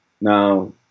Now